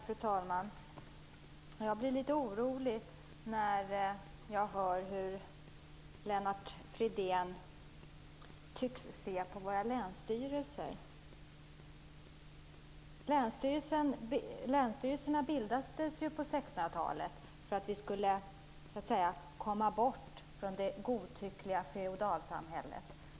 Fru talman! Jag blir litet orolig när jag hör hur Lennart Fridén tycks se på våra länsstyrelser. Länsstyrelserna bildades ju på 1600-talet för att vi skulle komma bort från det godtyckliga feodalsamhället.